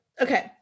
Okay